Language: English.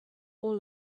all